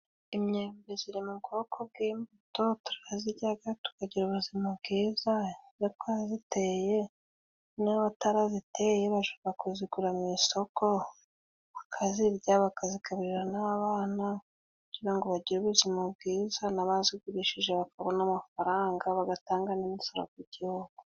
Imyembe ziri mu bwoko bw'imbuto. Turaziryaga tukagira ubuzima bwiza, iyo twaziteye n'abataraziteye bajaga kuzigura mu isoko bakazirya, bakazigurira n'abana kugira ngo bagire ubuzima bwiza, n'abazigurishije bakabona amafaranga bagatanga n'imisoro ku Gihugu.